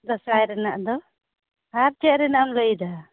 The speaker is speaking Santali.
ᱫᱟᱸᱥᱟᱭ ᱨᱮᱱᱟᱜ ᱫᱚ ᱟᱨ ᱪᱮᱫ ᱨᱮᱱᱟᱜ ᱮᱢ ᱞᱟᱹᱭᱮᱫᱟ